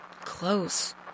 close